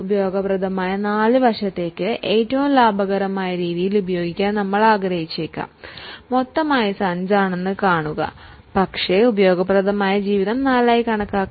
ഉപയോഗപ്രദമായ ആയുസ്സ് 4 വർഷത്തേക്ക് ഏറ്റവും ലാഭകരമായ രീതിയിൽ ഉപയോഗിക്കാൻ നമ്മൾ ആഗ്രഹിച്ചേക്കാം പ്രതീക്ഷിത ആയുസ്സ് 5 ആണ് പക്ഷേ ഉപയോഗപ്രദമായ ആയുസ്സ് 4 ആയി കണക്കാക്കാം